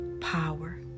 power